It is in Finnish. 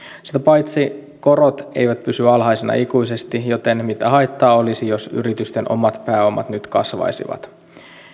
sitä paitsi korot eivät pysy alhaisina ikuisesti joten mitä haittaa olisi jos yritysten omat pääomat nyt kasvaisivat